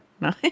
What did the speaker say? No